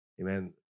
amen